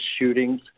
shootings